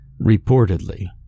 reportedly